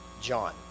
John